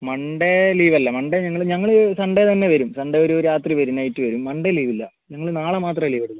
Monday ലീവല്ല Monday ഞങ്ങൾ ഞങ്ങൾ സൺഡേ തന്നെ വരും സൺഡേ ഒരു രാത്രി വരും നൈറ്റ് വരും മൺഡേ ലീവില്ല ഞങ്ങൾ നാളെ മാത്രമേ ലീവെടുക്കു